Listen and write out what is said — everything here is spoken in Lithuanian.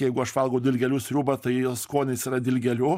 jeigu aš valgau dilgėlių sriubą tai skonis yra dilgėlių